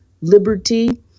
liberty